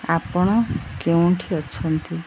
ଆପଣ କେଉଁଠି ଅଛନ୍ତି